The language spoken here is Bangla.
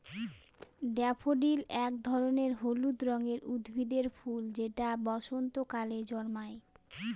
ড্যাফোডিল এক ধরনের হলুদ রঙের উদ্ভিদের ফুল যেটা বসন্তকালে জন্মায়